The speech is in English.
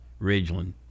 Ridgeland